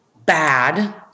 Bad